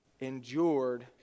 endured